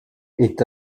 est